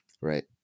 right